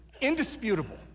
indisputable